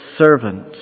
servant